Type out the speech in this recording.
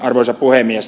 arvoisa puhemies